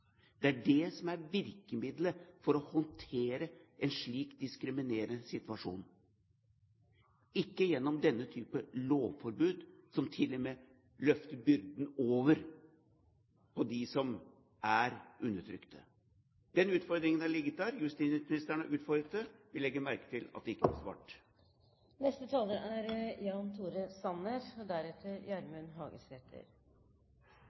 Det er det som er virkemidlet for å håndtere en slik diskriminerende situasjon – ikke gjennom denne type lovforbud, som til og med løfter byrden over på dem som er undertrykt. Den utfordringen har ligget der, justisministeren har utfordret på det, vi legger merke til at det ikke blir svart. Det er